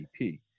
GDP